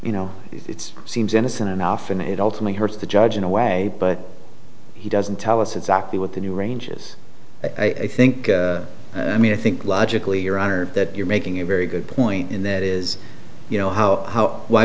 you know it's seems innocent enough and it ultimately hurts the judge in a way but he doesn't tell us exactly what the new ranges i think i mean i think logically your honor that you're making a very good point in that is you know how how why